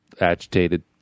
agitated